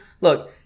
Look